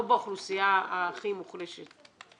לא באוכלוסייה הכי מוחלשת.